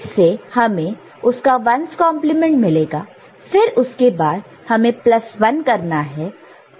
इससे हमें 1's complement 1's complement मिलेगा फिर उसके बाद हमें प्लस 1 करना है